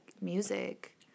music